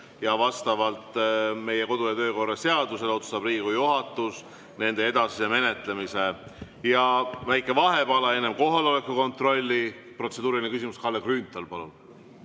Vastavalt meie kodu- ja töökorra seadusele otsustab Riigikogu juhatus nende edasise menetlemise. Ja väike vahepala enne kohaloleku kontrolli: protseduuriline küsimus, Kalle Grünthal, palun!